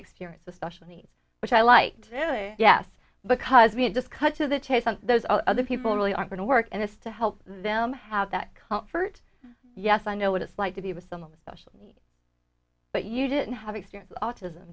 experience with special needs which i like to yes because we had just cut to the chase on those other people really are going to work and it's to help them have that comfort yes i know what it's like to be with them especially but you didn't have experience autism